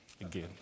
again